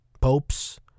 popes